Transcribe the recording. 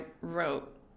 wrote